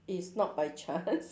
is not by chance